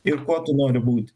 ir kuo tu nori būti